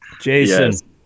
Jason